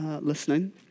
listening